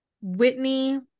Whitney